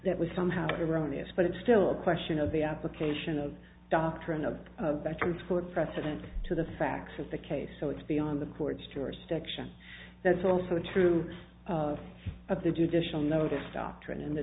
that was somehow erroneous but it's still a question of the application of doctrine of veterans court precedent to the facts of the case so it's beyond the court's jurisdiction that's also true of of the judicial notice doctrine in the